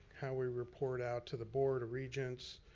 how we report out to the board of regents,